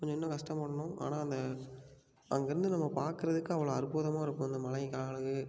கொஞ்சம் இன்னும் கஷ்டப்பட்ணும் ஆனால் அந்த அங்கேருந்து நம்ம பாக்கிறதுக்கு அவ்வளோ அற்புதமாக இருக்கும் அந்த மலையின் அழகு